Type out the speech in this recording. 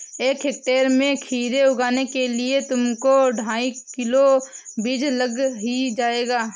एक हेक्टेयर में खीरे उगाने के लिए तुमको ढाई किलो बीज लग ही जाएंगे